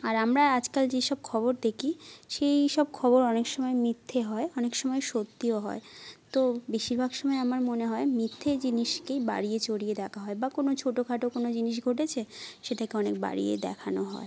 আর আমরা আজকাল যেই সব খবর দেখি সেই সব খবর অনেক সময় মিথ্যে হয় অনেক সময় সত্যিও হয় তো বেশিরভাগ সময় আমার মনে হয় মিথ্যে জিনিসকেই বাড়িয়ে চরিয়ে দেখা হয় বা কোনো ছোটো খাটো কোনো জিনিস ঘটেছে সেটাকে অনেক বাড়িয়ে দেখানো হয়